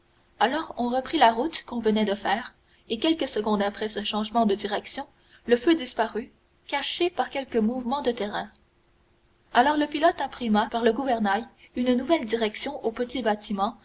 alors on reprit la route qu'on venait de faire et quelques secondes après ce changement de direction le feu disparut caché par quelque mouvement de terrain alors le pilote imprima par le gouvernail une nouvelle direction au petit bâtiment